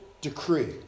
decree